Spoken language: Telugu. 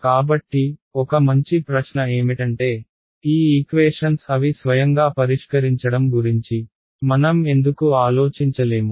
కాబట్టి ఒక మంచి ప్రశ్న ఏమిటంటే ఈ ఈక్వేషన్స్ అవి స్వయంగా పరిష్కరించడం గురించి మనం ఎందుకు ఆలోచించలేము